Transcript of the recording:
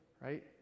right